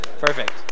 Perfect